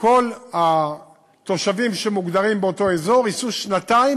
כל התושבים שמוגדרים באותו אזור ייסעו שנתיים